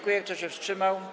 Kto się wstrzymał?